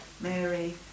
Mary